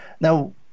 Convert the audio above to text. Now